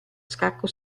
scacco